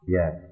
Yes